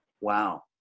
Wow